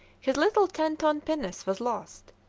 his little ten-ton pinnace was lost,